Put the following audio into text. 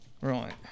Right